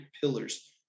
pillars